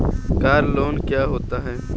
Car loan क्या होता है?